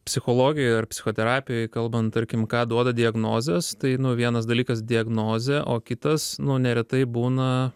psichologijojear psichoterapijoje kalbant tarkim ką duoda diagnozės tai vienas dalykas diagnozė o kitas nu neretai būna